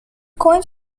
coins